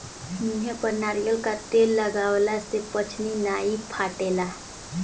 मुहे पर नारियल कअ तेल लगवला से पछ्नी नाइ फाटेला